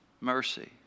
mercy